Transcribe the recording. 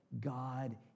God